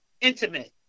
intimate